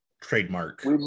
trademark